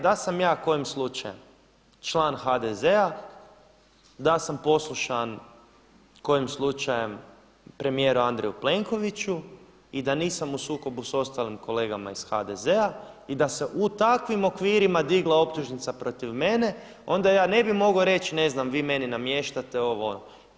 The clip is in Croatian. Da sam ja kojim slučajem član HDZ-a, da sam poslušan kojim slučajem premijeru Andreju Plenkoviću i da nisam u sukobu sa ostalim kolegama iz HDZ-a i da se u takvim okvirima digla optužnica protiv mene onda ja ne bi mogao reći ne znam vi meni namještate ovo, ono.